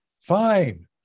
Fine